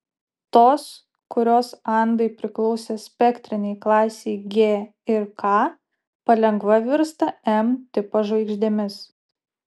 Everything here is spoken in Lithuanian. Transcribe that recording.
tos kurios andai priklausė spektrinei klasei g ir k palengva virsta m tipo žvaigždėmis